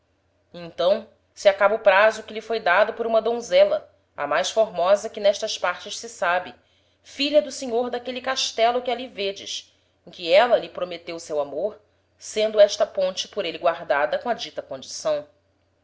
então se acaba o praso que lhe foi dado por uma donzela a mais formosa que n'estas partes se sabe filha do senhor d'aquele castelo que ali vêdes em que éla lhe prometeu seu amor sendo esta ponte por êle guardada com a dita condição